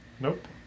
Nope